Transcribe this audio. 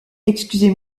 excusez